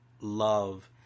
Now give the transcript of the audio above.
love